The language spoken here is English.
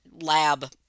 lab